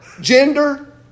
Gender